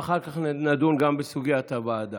ואחר כך נדון גם בסוגיית הוועדה.